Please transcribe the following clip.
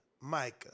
Micah